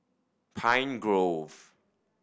Pine Grove